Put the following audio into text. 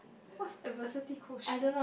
what's adversity quotient